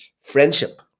friendship